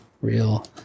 Real